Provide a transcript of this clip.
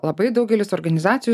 labai daugelis organizacijų